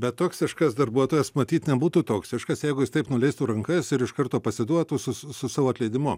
bet toksiškas darbuotojas matyt nebūtų toksiškas jeigu jis taip nuleistų rankas ir iš karto pasiduotų su su savo atleidimu